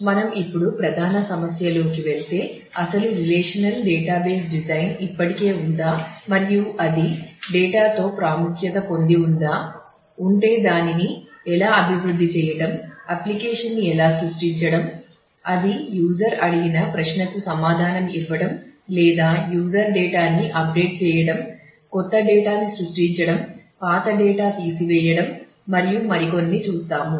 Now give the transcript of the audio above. మనం ఇప్పుడు ప్రధాన సమస్య లోకి వెళ్తే అసలు రిలేషనల్ డేటాబేస్ డిజైన్ చేయటం కొత్త డేటా ని సృష్టించటం పాత డేటా తీసివేయడం మరియు మరికొన్ని చూస్తాము